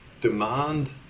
demand